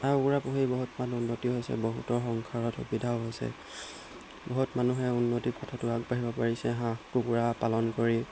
হাঁহ কুকুৰা পুহি বহুত মানুহ উন্নতি হৈছে বহুতৰ সংসাৰত সুবিধাও হৈছে বহুত মানুহে উন্নতিৰ পথতো আগবাঢ়িব পাৰিছে হাঁহ কুকুৰা পালন কৰি